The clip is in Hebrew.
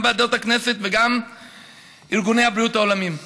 גם ועדות הכנסת וגם ארגוני הבריאות העולמיים.